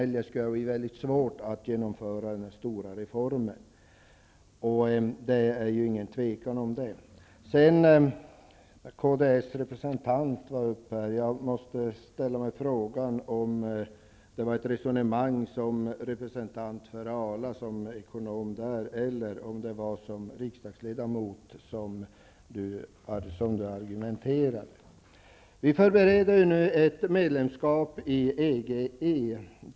Eljest skulle det bli mycket svårt att genomföra den här stora reformen. Det är ingen tvekan om det. Kds representant deltog i debatten. Jag måste ställa mig frågan om Holger Gustafsson argumenterade som representant för Arla eller som riksdagsledamot. Vi förbereder nu ett medlemskap i EG.